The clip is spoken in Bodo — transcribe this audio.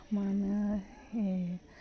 मोनो हेह